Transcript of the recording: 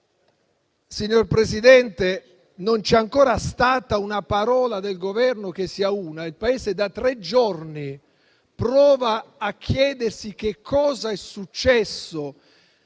signor Presidente, non c'è ancora stata una parola del Governo, che sia una. Il Paese da tre giorni prova a chiedersi che cosa sia successo